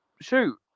shoot